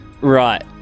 Right